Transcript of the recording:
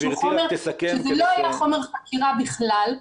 שזה לא היה חומר חקירה בכלל,